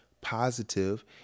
positive